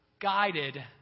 guided